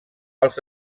als